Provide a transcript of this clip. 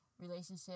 relationship